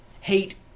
hate